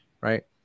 right